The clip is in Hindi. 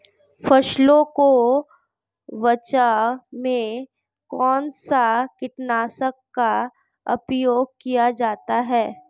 फसलों के बचाव में कौनसा कीटनाशक का उपयोग किया जाता है?